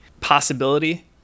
possibility